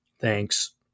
thanks